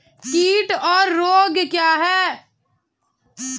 कीट और रोग क्या हैं?